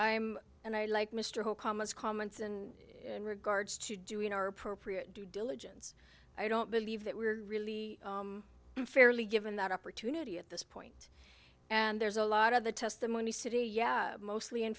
i'm and i like mr hope camas comments and in regards to doing our appropriate due diligence i don't believe that we're really fairly given that opportunity at this point and there's a lot of the testimony city yeah mostly in